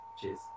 Cheers